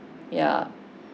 yeah